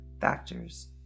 factors